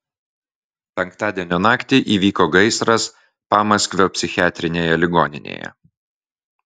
penktadienio naktį įvyko gaisras pamaskvio psichiatrinėje ligoninėje